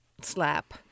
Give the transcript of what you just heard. slap